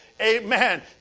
amen